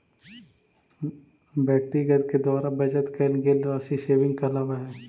व्यक्ति के द्वारा बचत कैल गेल राशि सेविंग कहलावऽ हई